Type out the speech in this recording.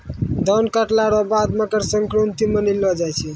धान काटला रो बाद मकरसंक्रान्ती मानैलो जाय छै